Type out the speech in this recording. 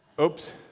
Oops